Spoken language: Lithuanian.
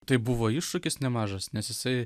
tai buvo iššūkis nemažas nes jisai